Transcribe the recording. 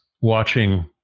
watching